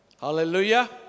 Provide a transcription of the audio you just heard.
Hallelujah